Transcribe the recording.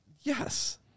Yes